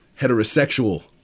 heterosexual